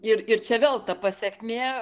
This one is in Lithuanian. ir ir čia vėl ta pasekmė